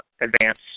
advance